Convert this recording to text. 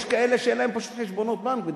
יש כאלה שפשוט אין להם חשבונות בנק,